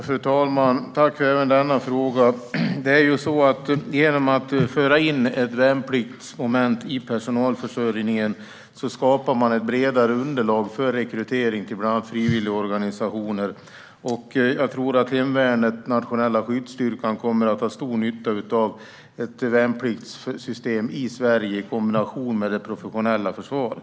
Fru talman! Jag tackar även för denna fråga. Genom att föra in ett värnpliktsmoment i personalförsörjningen skapar man ju ett bredare underlag för rekrytering till bland annat frivilligorganisationer. Jag tror att hemvärnets nationella skyddsstyrkor kommer att ha stor nytta av ett värnpliktssystem i Sverige, i kombination med det professionella försvaret.